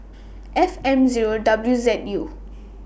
F M Zero W Z U